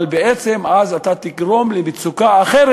אבל בעצם אז אתה תגרום למצוקה אחרת,